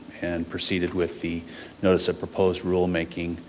and proceeded with the notice of proposed rule making